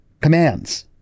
commands